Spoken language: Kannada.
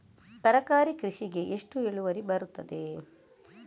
ತರಕಾರಿ ಕೃಷಿಗೆ ಎಷ್ಟು ಇಳುವರಿ ಬರುತ್ತದೆ?